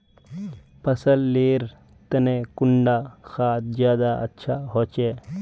फसल लेर तने कुंडा खाद ज्यादा अच्छा होचे?